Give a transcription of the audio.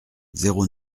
zéro